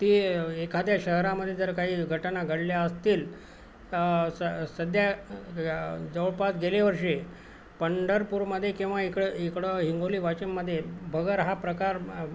ती एखाद्या शहरामध्ये जर काही घटना घडल्या असतील स सध्या जवळपास गेलेवर्षी पंढरपूरमध्ये किंवा इकडं इकडं हिंगोली वाशिममध्ये बगर हा प्रकार